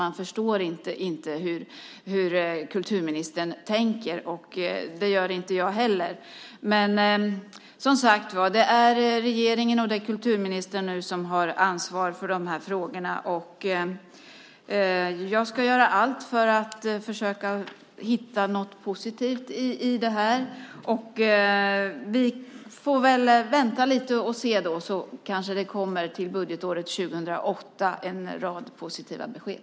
Man förstår inte hur kulturministern tänker, och det gör inte jag heller. Men det är som sagt regeringen och kulturministern som nu har ansvar för de här frågorna. Jag ska göra allt för att försöka hitta något positivt i detta. Vi får väl vänta lite och se, så kanske det till budgetåret 2008 kommer en rad positiva besked.